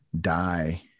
die